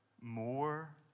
more